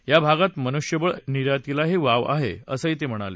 या भागात मनुष्यबळ निर्यातीलाही वाव आहे असं ते म्हणाले